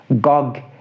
Gog